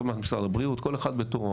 עוד מעט משרד הבריאות, כל אחד בתורו.